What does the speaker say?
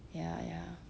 ya ya